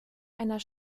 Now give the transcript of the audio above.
einer